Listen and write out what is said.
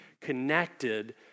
connected